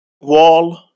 wall